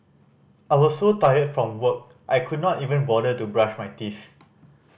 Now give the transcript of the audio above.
I was so tired from work I could not even bother to brush my teeth